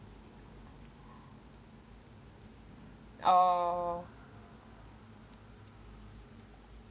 oh